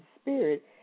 spirit